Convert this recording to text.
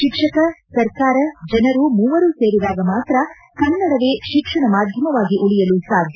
ಶಿಕ್ಷಕ ಸರ್ಕಾರ ಜನರು ಮೂವರು ಸೇರಿದಾಗ ಮಾತ್ರ ಕನ್ನಡವೇ ಶಿಕ್ಷಣ ಮಾಧ್ಯಮವಾಗಿ ಉಳಿಯಲು ಸಾಧ್ಯ